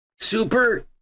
super